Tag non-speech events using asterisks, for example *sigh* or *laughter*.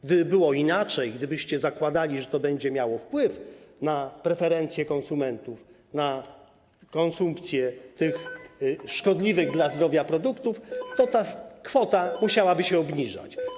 Gdyby było inaczej, gdybyście zakładali, że to będzie miało wpływ na preferencje konsumentów, na konsumpcję tych *noise* szkodliwych dla zdrowia produktów, to ta kwota musiałaby się obniżać.